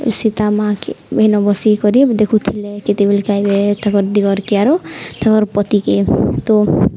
ସୀତା ମା'କେ ଏନ ବସେଇ କରି ଦେଖୁଥିଲେ କେତେବେଲକେ ଆଇବେ ଏବେ ତାଙ୍କର ଦିଗରକେ ଆର ତାଙ୍କର ପତିକେ ତ